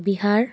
Bihar